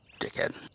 Dickhead